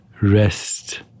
rest